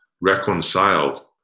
reconciled